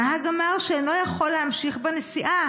הנהג אמר שאינו יכול להמשיך בנסיעה.